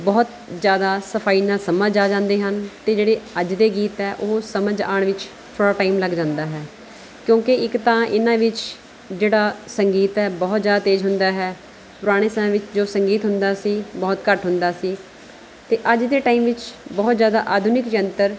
ਬਹੁਤ ਜ਼ਿਆਦਾ ਸਫਾਈ ਨਾਲ ਸਮਝ ਆ ਜਾਂਦੇ ਹਨ ਅਤੇ ਜਿਹੜੇ ਅੱਜ ਦੇ ਗੀਤ ਹੈ ਉਹ ਸਮਝ ਆਉਣ ਵਿੱਚ ਥੋੜ੍ਹਾ ਟਾਈਮ ਲੱਗ ਜਾਂਦਾ ਹੈ ਕਿਉਂਕਿ ਇੱਕ ਤਾਂ ਇਹਨਾਂ ਵਿੱਚ ਜਿਹੜਾ ਸੰਗੀਤ ਹੈ ਬਹੁਤ ਜ਼ਿਆਦਾ ਤੇਜ਼ ਹੁੰਦਾ ਹੈ ਪੁਰਾਣੇ ਸਮੇਂ ਵਿੱਚ ਜੋ ਸੰਗੀਤ ਹੁੰਦਾ ਸੀ ਬਹੁਤ ਘੱਟ ਹੁੰਦਾ ਸੀ ਅਤੇ ਅੱਜ ਦੇ ਟਾਈਮ ਵਿੱਚ ਬਹੁਤ ਜ਼ਿਆਦਾ ਆਧੁਨਿਕ ਯੰਤਰ